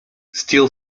steal